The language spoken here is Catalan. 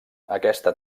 aquesta